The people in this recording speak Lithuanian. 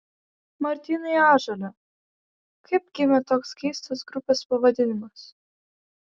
martynai ąžuole kaip gimė toks keistas grupės pavadinimas